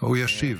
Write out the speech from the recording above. הוא ישיב.